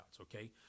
Okay